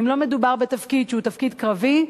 אם לא מדובר בתפקיד שהוא תפקיד קרבי,